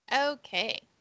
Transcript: okay